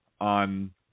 on